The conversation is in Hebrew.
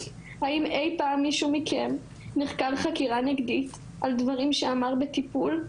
האם אי פעם מישהו מכם נחקר חקירה נגדית על דברים שאמר בטיפול?